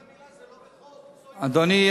כי ברית המילה זה לא בחוק, אדוני,